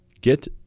get